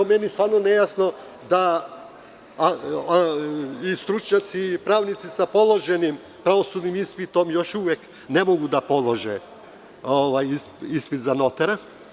Meni je stvarno nejasno da stručnjaci i pravnici sa položenim pravosudnim ispitom još uvek ne mogu da polože ispit za notara.